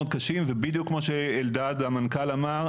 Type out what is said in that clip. קשים ובדיוק כמו שאלדד המנכ"ל אמר,